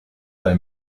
bei